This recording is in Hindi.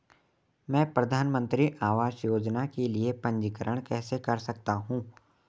मैं प्रधानमंत्री आवास योजना के लिए पंजीकरण कैसे कर सकता हूं?